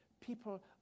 People